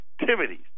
activities